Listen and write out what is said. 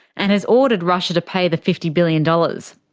and has ordered russia to pay the fifty billion dollars.